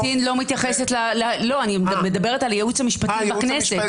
אני מדברת על הייעוץ המשפטי בכנסת.